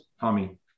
Tommy